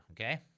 okay